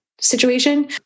situation